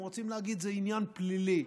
הם רוצים להגיד: זה עניין פלילי,